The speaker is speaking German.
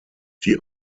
die